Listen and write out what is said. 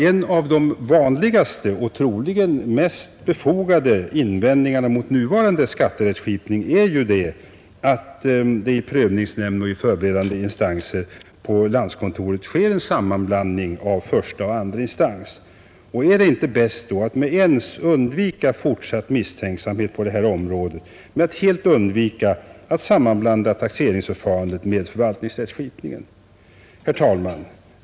En av de vanligaste och troligen mest befogade invändningarna mot nuvarande skatterättskipning är att det i prövningsnämnd och i förberedande instanser på landskontoret sker en sammanblandning av första och andra instans. Är det då inte bäst att på en gång söka undgå fortsatt misstänksamhet på detta område genom att helt undvika att sammanblanda taxeringsförfarandet med förvaltningsrättskipningen? Herr talman!